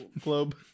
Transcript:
globe